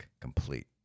Complete